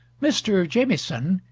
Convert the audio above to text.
mr. jamieson,